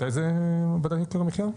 מתי זה וועדת יוקר המחייה?